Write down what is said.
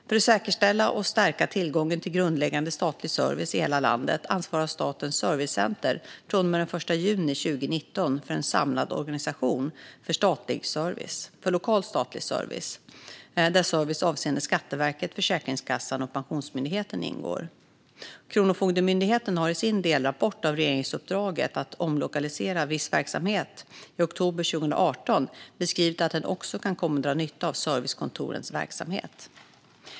För att säkerställa och stärka tillgången till grundläggande statlig service i hela landet ansvarar Statens servicecenter från och med den 1 juni 2019 för en samlad organisation för lokal statlig service där service avseende Skatteverket, Försäkringskassan och Pensionsmyndigheten ingår. Kronofogdemyndigheten beskrev i oktober 2018 i sin delrapport av regeringsuppdraget att omlokalisera viss verksamhet att den också kan komma att dra nytta av servicekontorens verksamhet.